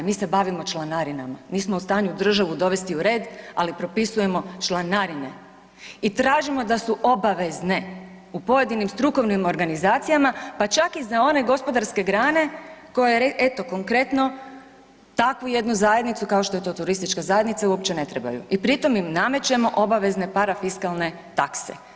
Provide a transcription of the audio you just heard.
Mi se bavimo članarinama, nismo u stanju državu dovesti u red, ali propisujemo članarine i tražimo da su obavezne u pojedinim strukovnim organizacijama, pa čak i za one gospodarske grane koje eto konkretno takvu jednu zajednicu kao što je to turistička zajednica uopće ne trebaju i pri tom im namećemo obavezne parafiskalne takse.